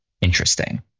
interesting